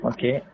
Okay